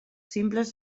simples